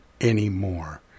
anymore